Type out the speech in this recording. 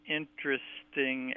interesting